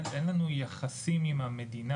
אין לנו יחסים עם המדינה,